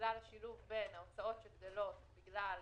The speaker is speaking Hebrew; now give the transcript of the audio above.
שבגלל השילוב בין ההוצאות שגדלות בגלל